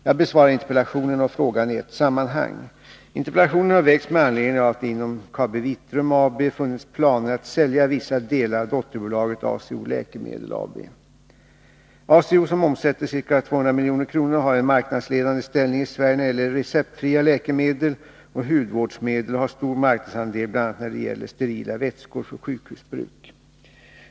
Jag besvarar interpellationen och frågan i ett sammanhang. Interpellationen har framställts med anledning av att det inom KabiVitrum AB funnits planer på att sälja vissa delar av dotterbolaget ACO Läkemedel AB. ACO, som omsätter ca 200 milj.kr., har en marknadsledande ställning i Sverige när det gäller receptfria läkemedel och hudvårdsmedel och har en stor marknadsandel bl.a. när det gäller sterila vätskor för sjukhusbruk.